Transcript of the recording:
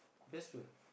Facebook